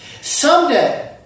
Someday